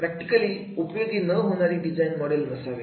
practically उपयोग न होणारी डिझाईन मोडेल नसावे